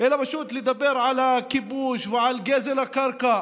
אלא פשוט לדבר על הכיבוש ועל גזל הקרקע